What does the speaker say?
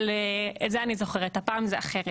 אבל את זה אני זוכרת, הפעם זה אחרת.